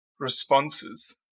responses